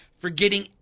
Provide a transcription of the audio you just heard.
forgetting